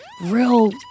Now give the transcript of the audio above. real